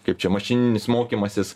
kaip čia mašininis mokymasis